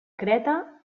creta